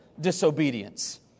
disobedience